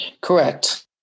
correct